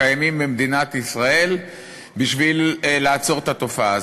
הקיימים במדינת ישראל בשביל לעצור את התופעה הזאת.